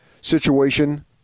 situation